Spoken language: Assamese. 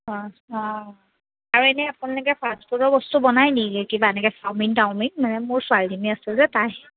অঁ অঁ আৰু এনেই আপোনালোকে ফাষ্টফুডৰ বস্তু বনাই নেকি কিবা এনেকৈ চাওমিন তাওমিন মানে মোৰ ছোৱালীজনী আছে যে তাই